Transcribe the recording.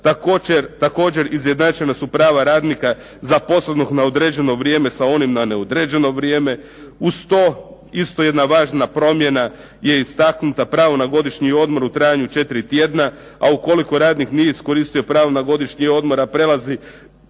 Također, izjednačena su prava radnika zaposlenog na određeno vrijeme sa onim na neodređeno vrijeme. Uz to isto jedna važna promjena je istaknuta pravo na godišnji odmor u trajanju 4 tjedna, a ukoliko radnik nije iskoristio pravo na godišnji odmor a prelazi